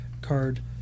card